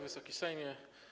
Wysoki Sejmie!